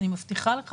אני מבטיחה לך